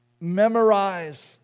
memorize